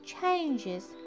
changes